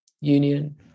union